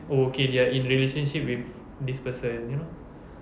oh okay they are in relationship with this person you know